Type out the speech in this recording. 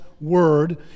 Word